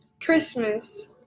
Christmas